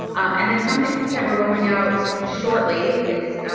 and then something that we're rolling out shortly, it's